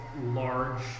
large